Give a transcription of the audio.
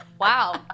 wow